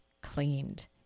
cleaned